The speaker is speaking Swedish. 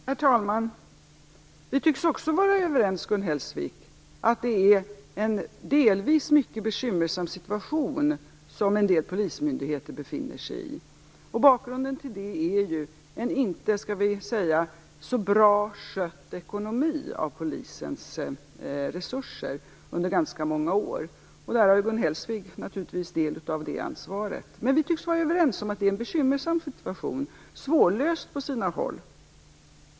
Herr talman! Vi tycks också vara överens, Gun Hellsvik, om att en del polismyndigheter befinner sig i en delvis mycket bekymmersam situation. Bakgrunden till det är ju en skall vi säga inte så bra skött ekonomi, vad gäller polisens resurser, under ganska många år. På den punkten har Gun Hellsvik naturligtvis del i ansvaret. Men vi tycks alltså vara överens om att det är en bekymmersam situation, som är svårlöst på sina håll.